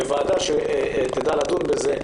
בוועדה שתדע לדון בזה,